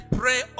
pray